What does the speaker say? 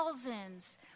thousands